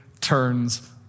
turns